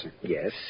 Yes